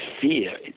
fear